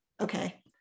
Okay